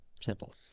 Simple